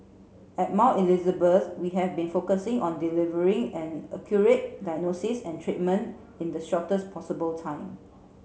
at Mount Elizabeth we have been focusing on delivering an accurate diagnosis and treatment in the shortest possible time